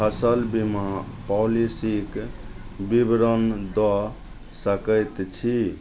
फसल बीमा पॉलिसीक विवरण दऽ सकैत छी